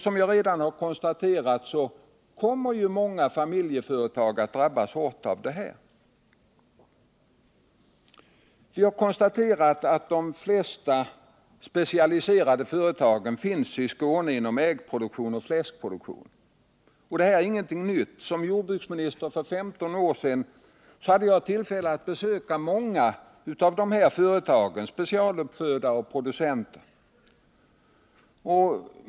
Som jag redan har konstaterat kommer många familjeföretag att drabbas hårt av detta förslag. De flesta specialiserade företagen finns i Skåne inom äggoch fläskproduktionen. Detta är ingenting nytt. Såsom jordbruksminister för 15 år sedan hade jag tillfälle att besöka många av dessa företag, specialuppfödare och producenter.